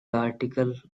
article